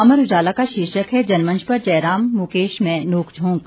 अमर उजाला का शीर्षक है जनमंच पर जयराम मुकेश में नोकझोंक